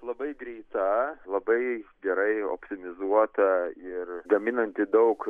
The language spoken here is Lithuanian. labai greita labai gerai optimizuota ir gaminanti daug